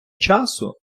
часу